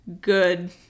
good